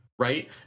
right